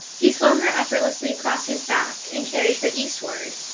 he slung her effortlessly across his back and carried her eastward.